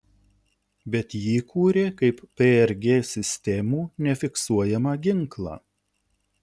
bet jį kūrė kaip prg sistemų nefiksuojamą ginklą